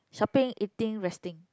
shopping eating resting